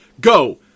go